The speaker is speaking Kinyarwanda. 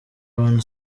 one